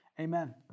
Amen